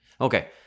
Okay